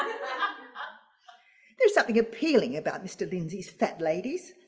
ah there's something appealing about mr. lindsay's fat ladies,